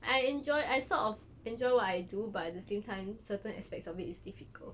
I enjoy I sort of enjoy what I do but at the same time certain aspects of it is difficult